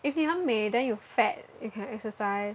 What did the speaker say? if 你很美 then you fat you can exercise